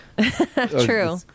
True